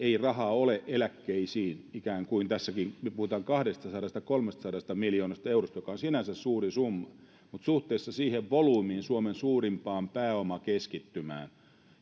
rahaa ole eläkkeisiin ja tässäkin me puhumme kahdestasadasta viiva kolmestasadasta miljoonasta eurosta joka on sinänsä suuri summa mutta suhteessa siihen volyymiin suomen suurimpaan pääomakeskittymään